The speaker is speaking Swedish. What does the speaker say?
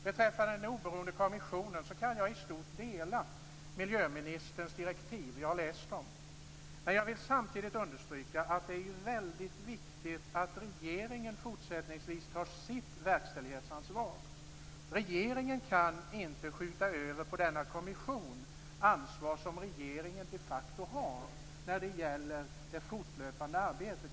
Beträffande den oberoende kommissionen kan jag i stort dela miljöministerns direktiv. Jag har läst dem. Jag vill samtidigt understryka att det är väldigt viktigt att regeringen fortsättningsvis tar sitt verkställighetsansvar. Regeringen kan inte på denna kommission skjuta över ansvar som regeringen de facto har för det fortlöpande arbetet.